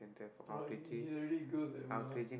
!wah! he he really goes that way lah